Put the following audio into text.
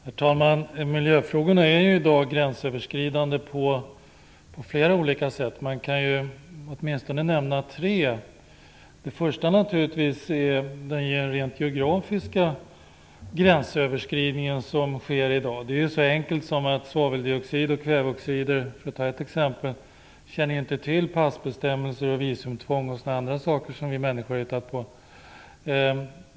Herr talman! Miljöfrågorna är i dag gränsöverskridande på flera olika sätt. Jag kan åtminstone nämna tre. Det första är naturligtvis den rent geografiska gränsöverskridningen som sker i dag. Det är så enkelt som att svaveldioxider och kväveoxider, för att ta ett exempel, inte känner till passbestämmelser och visumtvång och andra saker som vi människor har hittat på.